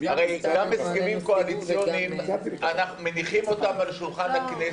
הרי גם את ההסכמים הקואליציוניים אנחנו מניחים על שולחן הכנסת.